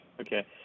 okay